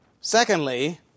Secondly